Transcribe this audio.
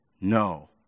No